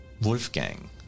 Wolfgang